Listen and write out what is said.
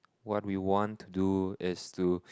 what we want to do is to